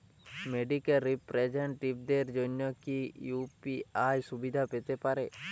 Medical রিপ্রেজন্টেটিভদের জন্য কি ইউ.পি.আই সুবিধা পেতে পারে?